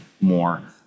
more